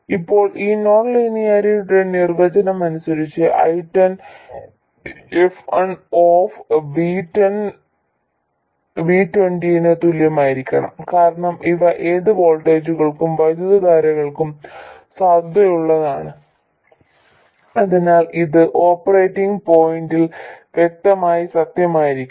ഇപ്പോൾ ഈ നോൺലീനിയാരിറ്റിയുടെ നിർവചനം അനുസരിച്ച് I10 f1V10V20 ന് തുല്യമായിരിക്കണം കാരണം ഇവ ഏത് വോൾട്ടേജുകൾക്കും വൈദ്യുതധാരകൾക്കും സാധുതയുള്ളതാണ് അതിനാൽ ഇത് ഓപ്പറേറ്റിംഗ് പോയിന്റിൽ വ്യക്തമായി സത്യമായിരിക്കണം